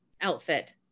outfit